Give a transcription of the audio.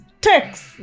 text